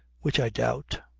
which i doubt